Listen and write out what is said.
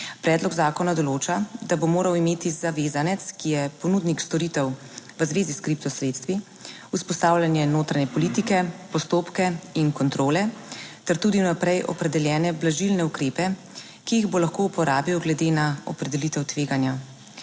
predlog zakona določa, da bo moral imeti zavezanec, ki je ponudnik storitev v zvezi s kripto sredstvi vzpostavljene notranje politike, postopke in kontrole ter tudi vnaprej opredeljene blažilne ukrepe, **7. TRAK: (VP) 9.30** (nadaljevanje) ki jih bo lahko uporabil glede na opredelitev tveganja.